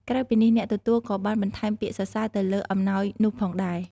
ក្រៅពីនេះ អ្នកទទួលក៏អាចបន្ថែមពាក្យសរសើរទៅលើអំណោយនោះផងដែរ។